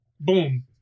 Boom